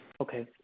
okay